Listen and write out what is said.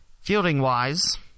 fielding-wise